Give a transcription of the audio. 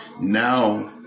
now